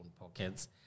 pockets